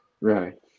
right